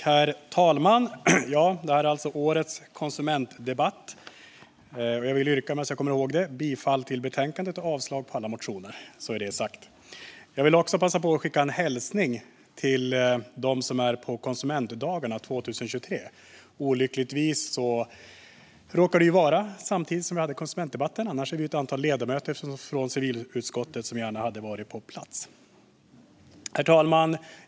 Herr talman! Det här är alltså årets konsumentdebatt. Jag vill medan jag kommer ihåg det yrka bifall till förslaget och avslag på alla motioner, så är det sagt. Jag vill passa på att skicka en hälsning till dem som är på Konsumentdagarna 2023. Olyckligtvis råkar de vara samtidigt som vi har konsumentdebatten; annars hade ett antal ledamöter från civilutskottet gärna varit på plats. Herr talman!